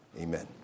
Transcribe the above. Amen